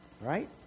right